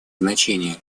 значение